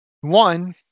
one